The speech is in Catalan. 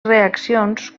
reaccions